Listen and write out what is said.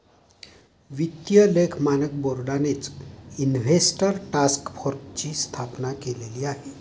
वित्तीय लेख मानक बोर्डानेच इन्व्हेस्टर टास्क फोर्सची स्थापना केलेली आहे